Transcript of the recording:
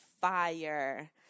fire